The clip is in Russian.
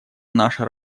наша